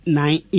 nine